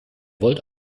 wollt